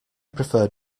prefer